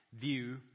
view